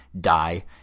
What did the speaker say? die